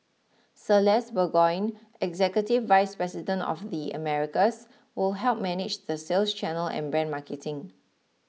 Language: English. Celeste Burgoyne executive vice president of the Americas will help manage the sales channel and brand marketing